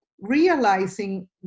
realizing